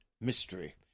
mystery